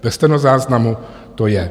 Ve stenozáznamu to je.